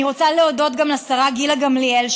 אני רוצה להודות גם לשרה גילה גמליאל,